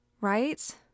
Right